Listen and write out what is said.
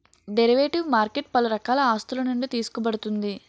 derivative market పలు రకాల ఆస్తులునుండి తీసుకోబడుతుంది